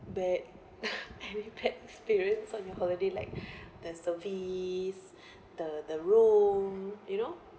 bad any bad experience on your holiday like the service the the room you know